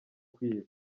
kwiba